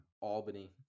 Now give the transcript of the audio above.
Albany